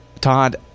Todd